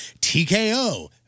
TKO